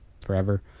forever